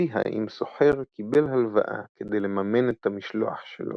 לפיה אם סוחר קיבל הלוואה כדי לממן את המשלוח שלו,